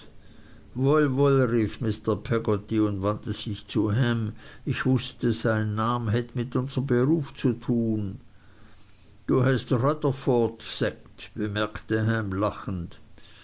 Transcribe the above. mr peggotty und wandte sich zu ham ich wußte sien nam hett mit unserm beruf zu tun du hest rudderford seggt bemerkte ham lachend